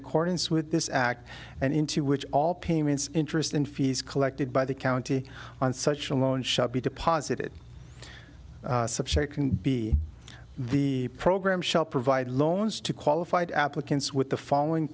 accordance with this act and into which all payments interest in fees collected by the county on such a loan shall be deposited subject can be the program shall provide loans to qualified applicants with the following